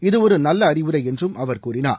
இது ஒரு நல்ல அறிவுரை என்றும் அவர் கூறினார்